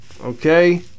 Okay